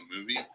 movie